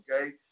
okay